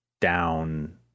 down